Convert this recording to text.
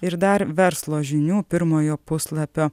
ir dar verslo žinių pirmojo puslapio